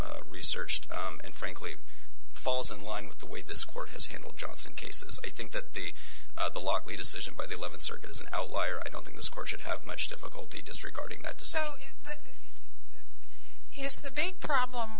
researched and frankly falls in line with the way this court has handled johnson cases i think that the the lockley decision by the eleventh circuit is an outlier i don't think this court should have much difficulty disregarding that so yes the big problem